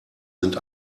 sind